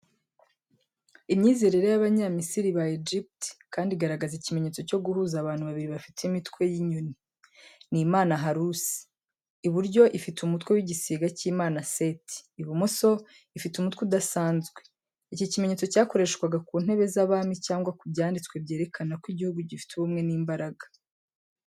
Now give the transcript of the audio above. Imyizerere y’Abanyamisiri ba Egypt kandi igaragaza ikimenyetso cyo guhuza abantu babiri bafite imitwe y’inyoni. Ni Imana Horusi, iburyo ifite umutwe w’igisiga cy'Imana Seti, ibumoso ifite umutwe udasanzwe. Iki kimenyetso cyakoreshwaga ku ntebe z’abami cyangwa ku byanditswe byerekana ko igihugu gifite ubumwe n’imbaraga.